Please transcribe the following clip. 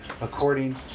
according